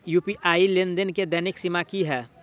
UPI लेनदेन केँ दैनिक सीमा की है?